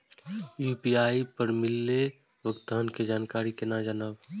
UPI पर मिलल भुगतान के जानकारी केना जानब?